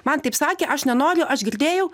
man taip sakė aš nenoriu aš girdėjau